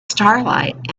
starlight